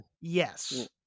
Yes